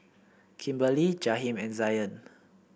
Kimberly Jaheem and Zion